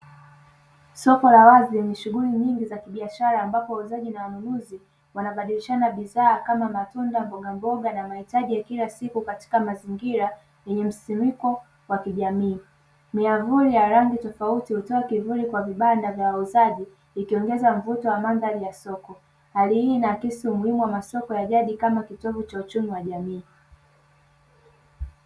Soko la wazi lenye shughuli nyingi za kibiashara ambapo wauzaji na wanunuzi wanabadilishana bidhaa kama matunda, mbogamboga na mahitaji ya kila siku katika mazingira yenye msimiko wa kijamii myamvuli ya rangi tofauti hutoa kivuli kwa vibanda vya wauzaji, ikiongeza mvuto wa mandhari ya soko hali hii inahamasisha umuhimu wa masoko ya jadi kama kitovu cha uchumi wa jamii.